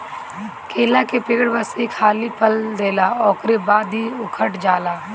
केला के पेड़ बस एक हाली फल देला उकरी बाद इ उकठ जाला